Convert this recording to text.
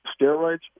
steroids